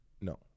No